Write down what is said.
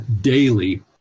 daily